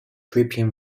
dripping